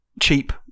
cheap